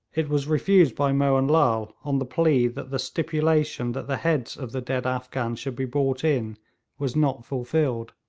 it was refused by mohun lal on the plea that the stipulation that the heads of the dead afghans should be brought in was not fulfilled.